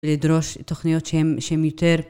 לדרוש תוכניות שהן יותר.